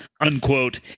unquote